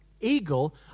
eagle